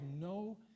no